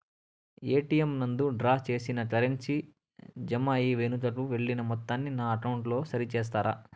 ATM నందు draw చేసిన currency jam అయి వెనుకకు వెళ్లిన మొత్తాన్ని నా అకౌంట్ లో సరి చేస్తారా?